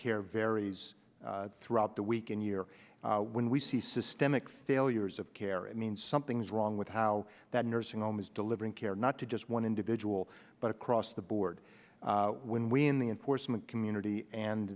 care varies throughout the week and year when we see systemic failures of care i mean something's wrong with how that nursing home is delivering care not to just one individual but across the board when we in the enforcement community and